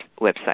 website